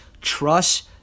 Trust